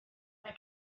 mae